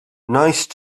nice